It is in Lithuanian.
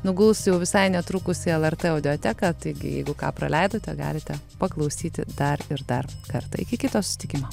nuguls jau visai netrukus į lrt audioteką taigi jeigu ką praleidote galite paklausyti dar ir dar kartą iki kito susitikimo